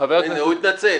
הנה, הוא התנצל.